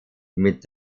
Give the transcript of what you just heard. mit